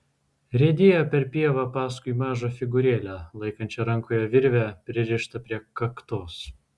riedėjo per pievą paskui mažą figūrėlę laikančią rankoje virvę pririštą prie kaktos